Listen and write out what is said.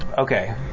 Okay